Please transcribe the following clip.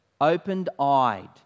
opened-eyed